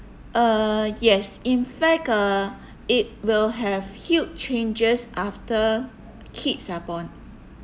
uh yes in fact uh it will have huge changes after kids are born